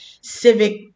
civic